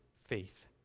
faith